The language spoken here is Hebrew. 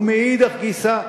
ומאידך גיסא,